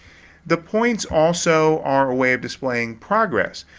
the points also are a way of displaying progress.